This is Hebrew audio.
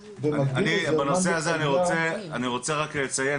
בנושא הזה אני רוצה רק לציין,